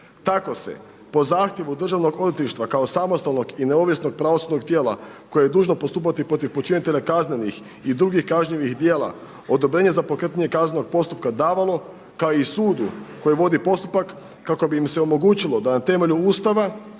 Tako se po zahtjevu Državnog odvjetništva kao samostalnog i neovisnog pravosudnog tijela koje je dužno postupati protiv počinitelja kaznenih i drugih kažnjivih djela, odobrenje za pokretanje kaznenog postupka davalo kao i sudu koji vodi postupak kako bi im se omogućilo da na temelju Ustava